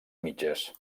mitges